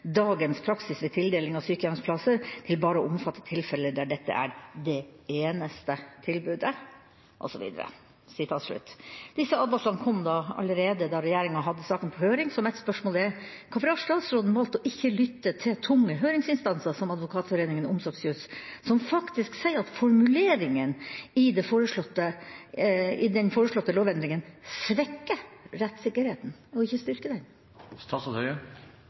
dagens praksis ved tildeling av sykehjemsplasser til bare å omfatte tilfeller der dette er «det eneste tilbudet» Disse advarslene kom allerede da regjeringen hadde saken på høring, så mitt spørsmål er: Hvorfor har statsråden valgt å ikke lytte til tunge høringsinstanser som Advokatforeningen og Omsorgsjuss, som faktisk sier at formuleringen i den foreslåtte lovendringen svekker rettssikkerheten og ikke